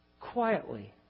quietly